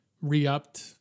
re-upped